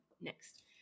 next